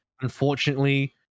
unfortunately